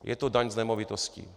Je to daň z nemovitostí.